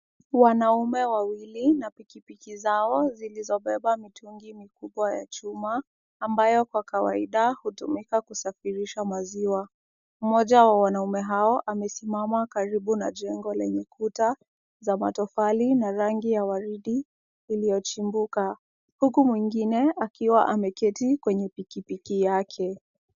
Wanaume wawili na pikipiki zao, zilizobeba mitungi mikubwa ya chuma, ambayo kwa kawaida hutumika kusafirisha maziwa. Mmoja wa wanaume hao, amesimama karibu na jengo lenye kuta za matofali na rangi ya waridi iliyochimbuka, huku mwingine akiwa ameketi kwenye pikipiki yake.